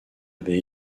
avait